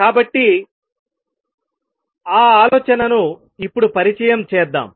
కాబట్టి ఆ ఆలోచనను ఇప్పుడు పరిచయం చేద్దాం